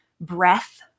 breath